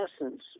essence